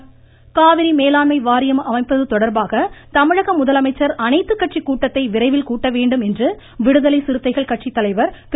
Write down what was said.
மமமமம திருமாவளவன் காவிரி மேலாண்மை வாரியம் அமைப்பது தொடர்பாக தமிழக முதலமைச்சர் அனைத்து கட்சி கூட்டத்தை விரைவில் கூட்ட வேண்டும் என்று விடுதலை சிறுத்தைகள் கட்சி தலைவர் திரு